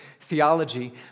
theology